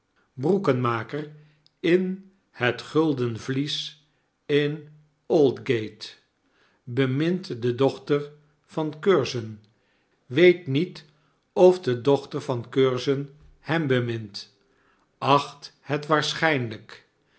s in het gulden vlies in old kate bemint de dochter van curzon weet niet of de dochter van curzon hem bemint acht het